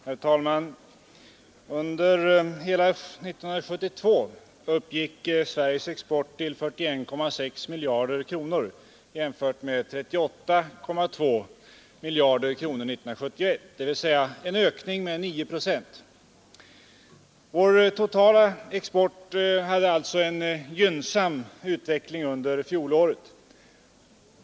Herr talman! Under hela 1972 uppgick Sveriges export till 41,6 miljarder kronor jämfört med 38,2 miljarder kronor 1971, dvs. en ökning med 9 procent. Vår totala export hade alltså en gynnsam utveckling under fjolåret.